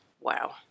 Wow